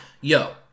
yo